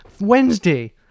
Wednesday